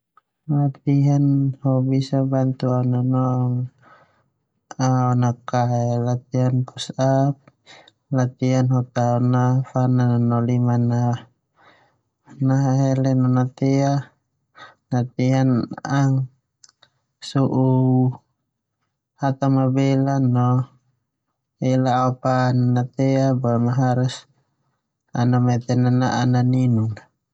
Latihan ho bis abantu au nanong aon a kae. Latihan push up latihan ho tao na fanan no liman a berotot. Latihan so'u belak ela ao pan a natea boema haris pwrhatikan nana'a nininun a.